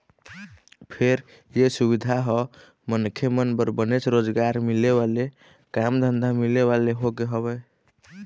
फेर ये सुबिधा ह मनखे मन बर बनेच रोजगार मिले वाले काम धंधा मिले वाले होगे हवय